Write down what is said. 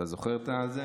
אתה זוכר את זה?